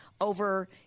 over